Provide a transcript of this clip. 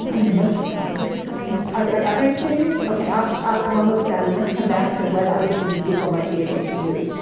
have much but couple minutes. are there other things? ok, ah so i'm almost done, and let's come back to what other things google might be able to do.